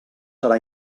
serà